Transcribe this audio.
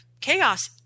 Chaos